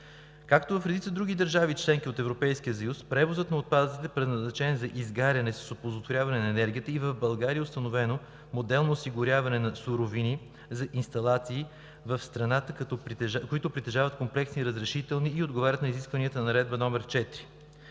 Както в редица други държави – членки на Европейския съюз, превозът на отпадъци, предназначени за изгаряне с оползотворяване на енергия, и в България е установен модел за осигуряване на суровини за инсталации в страната, които притежават комплексни разрешителни и отговарят на изискванията на Наредба № 4.